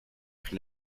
pris